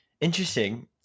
Interesting